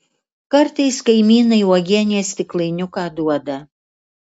kartais kaimynai uogienės stiklainiuką duoda